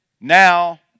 now